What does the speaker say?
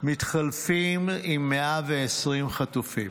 מתחלפים עם 120 חטופים,